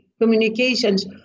communications